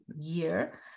year